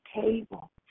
table